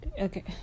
okay